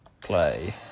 play